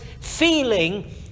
feeling